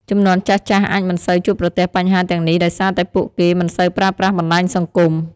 ជំនាន់ចាស់ៗអាចមិនសូវជួបប្រទះបញ្ហាទាំងនេះដោយសារតែពួកគេមិនសូវប្រើប្រាស់បណ្តាញសង្គម។